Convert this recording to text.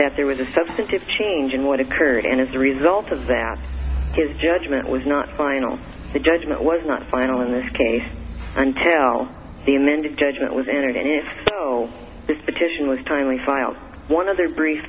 that there was a substantive change in what occurred and as a result of that his judgment was not final the judgment was not final in this case until the amended judgment was entered in it so this petition was timely filed one other brief